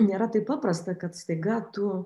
nėra taip paprasta kad staiga tu